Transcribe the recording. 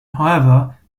however